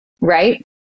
right